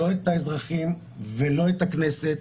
לא את האזרחים ולא את הכנסת,